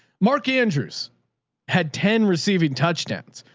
mark andrews had ten receiving touchdowns.